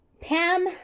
Pam